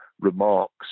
remarks